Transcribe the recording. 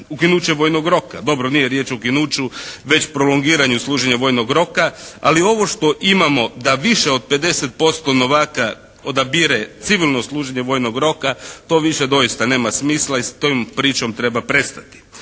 Ukinuće vojnog roka, dobro nije riječ o ukinuću već prolongiranju služenja vojnog roka, ali ovo što imamo da više od 50% novaka odabire civilno služenje vojnog roka, to više doista nema smisla i s tom pričom treba prestati.